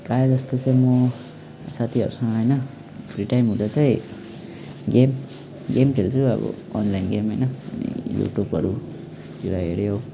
प्रायः जस्तो चाहिँ म साथीहरूसँग होइन फ्री टाइम हुँदा चाहिँ गेम गेम खेल्छु र अनलाइन गेम होइन युट्युबहरूतिर हेऱ्यो